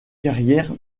carrière